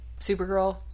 Supergirl